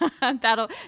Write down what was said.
that'll